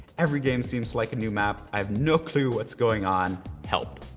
every game seems like a new map. i have no clue what's going on help.